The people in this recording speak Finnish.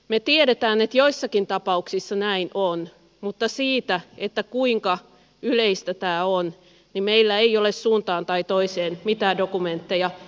me tiedämme että joissakin tapauksissa näin on mutta siitä kuinka yleistä tämä on meillä ei ole suuntaan tai toiseen mitään dokumentteja